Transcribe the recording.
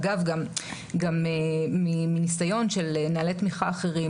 אגב גם מניסיון של נהלי תמיכה אחרים,